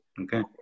Okay